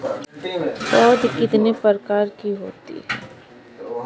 पौध कितने प्रकार की होती हैं?